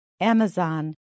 Amazon